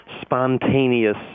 spontaneous